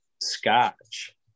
scotch